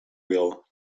wheel